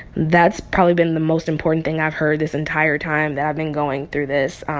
that's probably been the most important thing i've heard this entire time that i've been going through this.